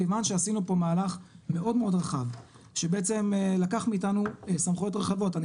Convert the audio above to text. כיוון שעשינו פה מהלך מאוד מאוד רחב שבעצם לקח מאתנו סמכויות רחבות.